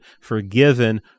forgiven